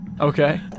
Okay